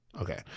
okay